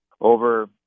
over